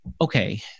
Okay